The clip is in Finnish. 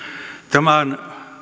tämän